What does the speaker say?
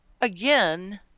again